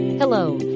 Hello